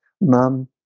mom